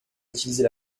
utiliser